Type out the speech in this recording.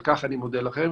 על כך אני מודה לכם.